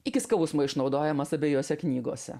iki skausmo išnaudojamas abiejose knygose